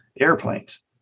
airplanes